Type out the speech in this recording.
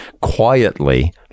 quietly